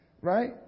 Right